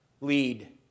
lead